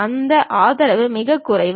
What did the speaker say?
அந்த ஆதரவு மிகக் குறைவு